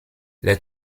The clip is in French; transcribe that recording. les